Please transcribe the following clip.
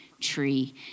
tree